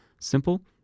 Simple